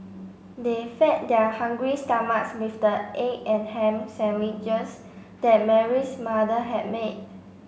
they fed their hungry stomachs with the egg and ham sandwiches that Mary's mother had made